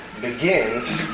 begins